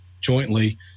jointly